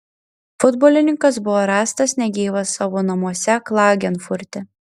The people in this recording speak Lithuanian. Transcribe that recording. futbolininkas buvo rastas negyvas savo namuose klagenfurte